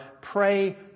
pray